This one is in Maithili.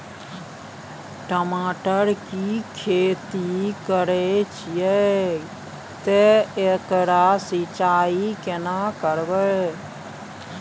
टमाटर की खेती करे छिये ते एकरा सिंचाई केना करबै?